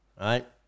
right